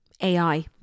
AI